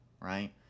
Right